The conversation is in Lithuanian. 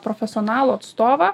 profesionalų atstovą